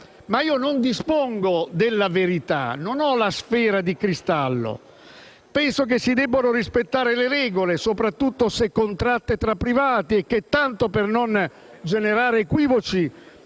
Ma io non dispongo della verità, non ho la sfera di cristallo. Penso che si debbano rispettare le regole, soprattutto se contratte tra privati, e che, tanto per non generare equivoci,